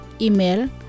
Email